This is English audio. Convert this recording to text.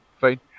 fine